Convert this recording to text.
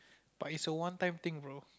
but it's a one time thing bro